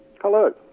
Hello